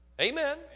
Amen